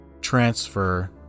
transfer